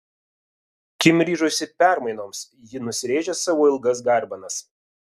kim ryžosi permainoms ji nusirėžė savo ilgas garbanas